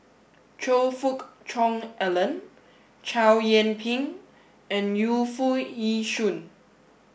Choe Fook Cheong Alan Chow Yian Ping and Yu Foo Yee Shoon